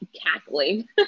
cackling